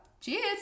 Cheers